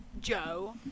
Joe